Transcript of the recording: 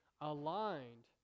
aligned